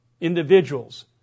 individuals